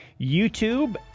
YouTube